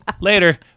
later